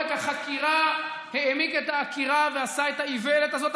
שכעומק החקירה העמיק את העקירה ועשה את האיוולת הזאת,